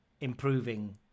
improving